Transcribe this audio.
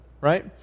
right